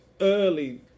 early